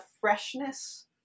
freshness